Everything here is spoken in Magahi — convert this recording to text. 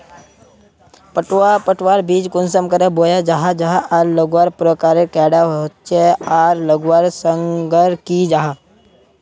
पटवा पटवार बीज कुंसम करे बोया जाहा जाहा आर लगवार प्रकारेर कैडा होचे आर लगवार संगकर की जाहा?